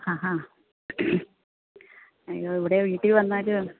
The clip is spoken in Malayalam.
ആ ഹാ ആ അയ്യോ ഇവിടെ വീട്ടിൽ വന്നാൽ